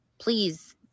please